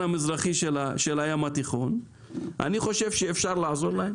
המזרחי של הים התיכון אני חושב שאפשר לעזור להם,